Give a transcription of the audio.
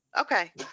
Okay